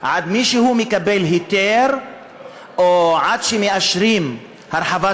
עד שמישהו מקבל היתר או עד שמאשרים הרחבת